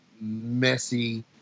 messy